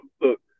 look